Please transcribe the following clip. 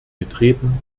getreten